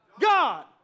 God